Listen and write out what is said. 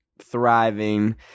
Thriving